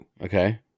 Okay